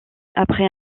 après